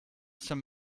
some